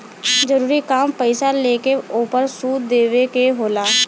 जरूरी काम पईसा लेके ओपर सूद देवे के होला